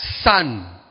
son